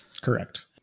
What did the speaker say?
Correct